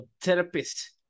therapist